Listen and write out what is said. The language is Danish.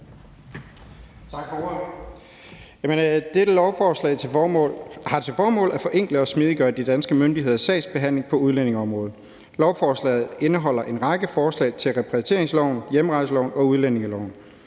Tak for ordet. Dette lovforslag har til formål at forenkle og smidiggøre de danske myndigheders sagsbehandling på udlændingeområdet. Lovforslaget indeholder en række forslag til ændring af repatrieringsloven, hjemrejseloven og udlændingeloven.